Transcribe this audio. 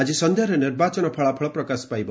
ଆଜି ସନ୍ଧ୍ୟାରେ ନିର୍ବାଚନ ଫଳାଫଳ ପ୍ରକାଶ ପାଇବ